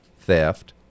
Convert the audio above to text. theft